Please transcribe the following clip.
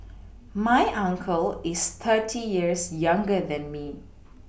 my uncle is thirty years younger than me